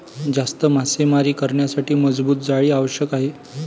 जास्त मासेमारी करण्यासाठी मजबूत जाळी आवश्यक आहे